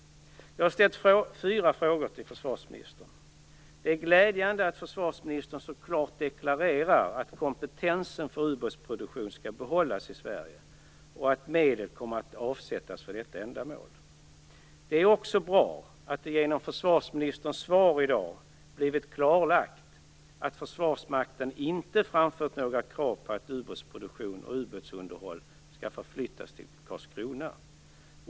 Jag har ställt fyra frågor till försvarsministern. Det är glädjande att försvarsministern så klart deklarerade att kompetensen för ubåtsproduktion skall behållas i Sverige och att medel kommer att avsättas för detta ändamål. Det är också bra att det genom försvarsministerns svar i dag blivit klarlagt att Försvarsmakten inte framfört några krav på att ubåtsproduktion och ubåtsunderhåll skall flyttas till Karlskrona.